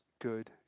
good